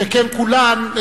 שכן כולן,